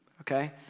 okay